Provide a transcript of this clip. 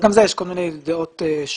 גם בזה יש כל מיני דעות שונות.